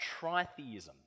tritheism